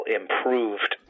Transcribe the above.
improved